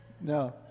No